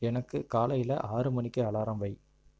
எனக்கு காலையில் ஆறு மணிக்கு அலாரம் வை